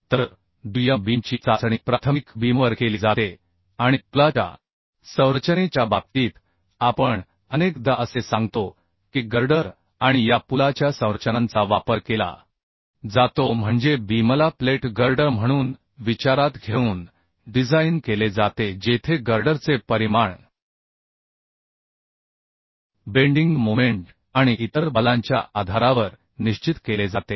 तर दुय्यम बीमची चाचणी प्राथमिक बीमवर केली जाते आणि पुलाच्या संरचनेच्या बाबतीत आपण अनेकदा असे सांगतो की गर्डर आणि या पुलाच्या संरचनांचा वापर केला जातो म्हणजे बीमला प्लेट गर्डर म्हणून विचारात घेऊन डिझाइन केले जाते जेथे गर्डरचे परिमाण बेंडिंग मोमेंट आणि इतर बलांच्या आधारावर निश्चित केले जाते